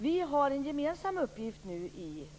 Vi har nu en gemensam uppgift.